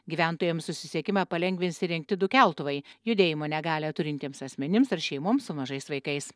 gyventojams susisiekimą palengvins įrengti du keltuvai judėjimo negalią turintiems asmenims ar šeimoms su mažais vaikais